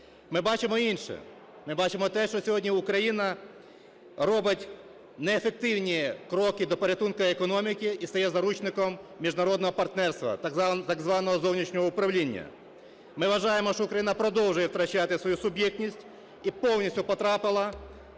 Ми бачимо інше, ми бачимо те, що сьогодні Україна робить неефективні кроки до порятунку економіки і стає заручником міжнародного партнерства, так званого зовнішнього управління. Ми вважаємо, що Україна продовжує втрачати свою суб'єктність і повністю потрапила